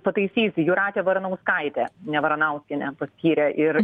pataisysiu jūratė varanauskaitė ne varnaukienę paskyrė ir